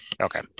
Okay